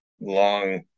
long